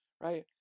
Right